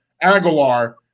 Aguilar